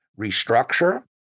restructure